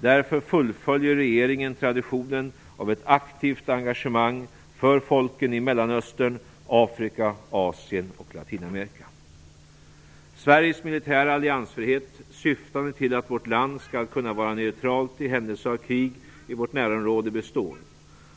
Därför fullföljer regeringen traditionen av ett aktivt engagemang för folken i Mellanöstern, Afrika, Asien och Latinamerika. Sveriges militära alliansfrihet, syftande till att vårt land skall kunna var neutralt i händelse av krig i vårt närområde, består.